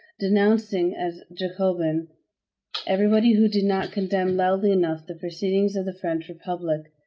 denouncing as jacobin everybody who did not condemn loudly enough the proceedings of the french republic.